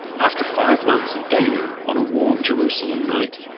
after five months of dating, on a warm jerusalem night,